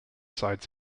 sides